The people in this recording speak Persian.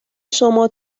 شما